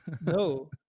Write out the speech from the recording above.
No